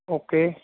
okay